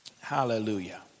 Hallelujah